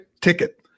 ticket